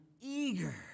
eager